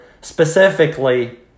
specifically